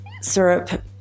syrup